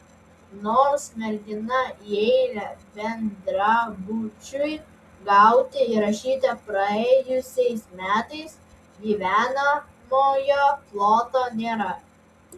nors mergina į eilę bendrabučiui gauti įrašyta praėjusiais metais gyvenamojo ploto nėra